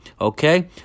Okay